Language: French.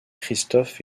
christophe